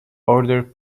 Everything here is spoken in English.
ordered